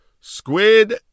Squid